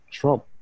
Trump